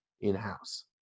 in-house